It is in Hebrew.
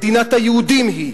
מדינת היהודים היא,